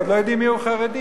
עוד לא יודעים מיהו חרדי.